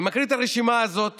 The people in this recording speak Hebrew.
אני מקריא את הרשימה הזאת